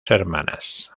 hermanas